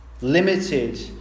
limited